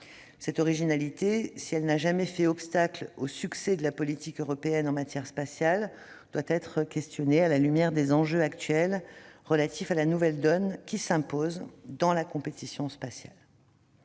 Cette originalité, si elle n'a jamais fait obstacle au succès de la politique européenne en matière spatiale, doit être questionnée à la lumière des enjeux actuels relatifs à la nouvelle donne qui s'impose dans la compétition spatiale.